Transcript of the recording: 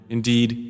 Indeed